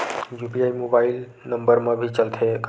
UPI mobile number मा भी चलते हे का?